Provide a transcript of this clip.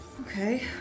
Okay